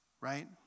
right